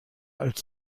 als